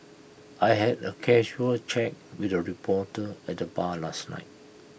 I had A casual chat with A reporter at the bar last night